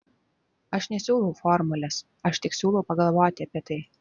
aš nesiūlau formulės aš tik siūlau pagalvoti apie tai